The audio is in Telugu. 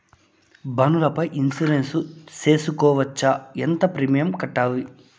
బండ్ల పై ఇన్సూరెన్సు సేసుకోవచ్చా? ఎంత ప్రీమియం కట్టాలి?